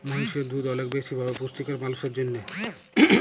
মহিষের দুহুদ অলেক বেশি ভাবে পুষ্টিকর মালুসের জ্যনহে